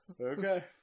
Okay